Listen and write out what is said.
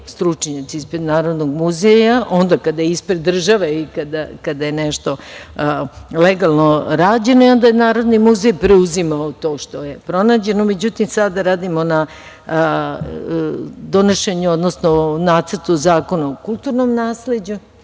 stručnjaci ispred Narodnog muzeja. Onda kada ispred države i kada je nešto legalno rađeno, onda je Narodni muzej preuzimao to što je pronađeno.Međutim, sada radimo na Nacrtu zakona o kulturnom nasleđu.